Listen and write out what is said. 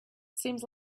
seems